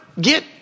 get